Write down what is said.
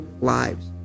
lives